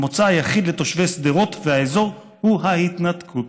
המוצא היחיד לתושבי שדרות והאזור הוא ההתנתקות.